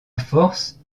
force